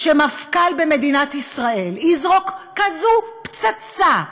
שמפכ"ל במדינת ישראל יזרוק כזו פצצה,